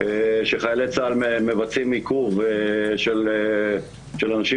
שחיילי צה"ל מבצעים עיכוב של אנשים